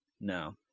No